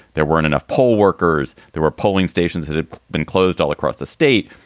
there weren't enough poll workers. there were polling stations that had been closed all across the state,